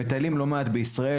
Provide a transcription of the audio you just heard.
מטיילים לא מעט בישראל.